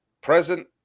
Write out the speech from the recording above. present